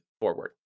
forward